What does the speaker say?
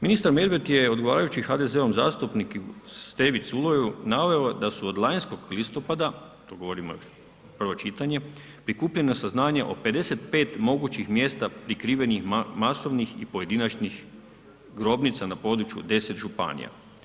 Ministar Medved je odgovarajući HDZ-ovom zastupniku Stevi Culeju naveo da su od lanjskog listopada, to govorimo još prvo čitanje, prikupljena saznanja o 55 mogućih mjesta prikrivenih masovnih i pojedinačnih grobnica na području 10 županija.